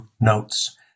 notes